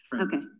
Okay